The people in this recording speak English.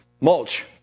mulch